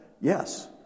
Yes